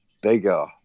bigger